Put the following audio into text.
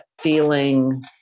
feeling